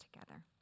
together